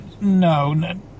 No